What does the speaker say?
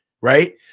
right